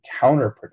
counterproductive